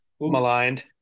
maligned